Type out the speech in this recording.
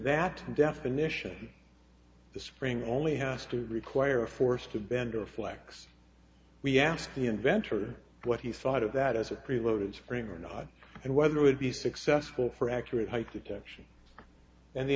that definition the spring only has to require a force to bend or flex we asked the inventor what he thought of that as a preloaded spring or not and whether it would be successful for accurate height detection and the